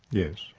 yes.